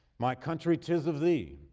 my country tis of thee,